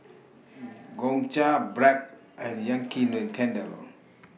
Gongcha Bragg and Yankee Candle